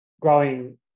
growing